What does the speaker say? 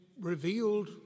revealed